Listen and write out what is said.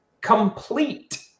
complete